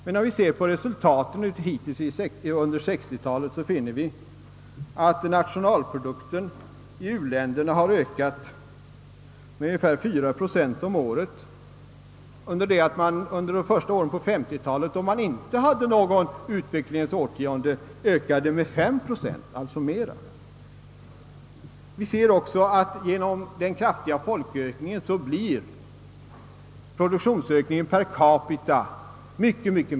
Men när vi ser på de hittillsvarande resultaten under 1960-talet, finner vi att nationalprodukten i u-länderna har ökat med ungefär 4 procent om året, under det att den under de första åren på 1950-talet, då man inte befann sig i »utvecklingens årtionde», ökade med 5 procent. Genom den kraftiga folkökningen blir produktionsökningen per capita mycket mindre.